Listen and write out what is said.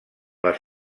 les